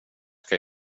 ska